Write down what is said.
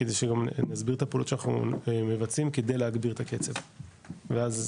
כדי שאני אסביר את הפעולות שאנחנו מבצעים כדי להגביר את הקצב ואז